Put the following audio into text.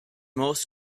most